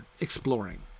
exploring